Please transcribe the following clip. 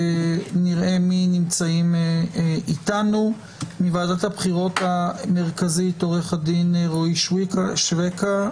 נראה מי נמצאים אתנו: מוועדת הבחירות המרכזית עורך הדין רועי שויקה,